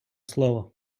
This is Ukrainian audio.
слово